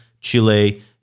Chile